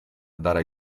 darà